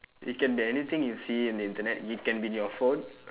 it can be anything you see in the internet it can be in your phone